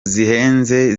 zihenze